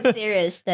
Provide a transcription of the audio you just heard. serious